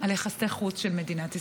על יחסי החוץ של מדינת ישראל,